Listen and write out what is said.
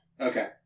Okay